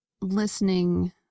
listening